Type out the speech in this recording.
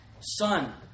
Son